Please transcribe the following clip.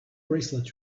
bracelet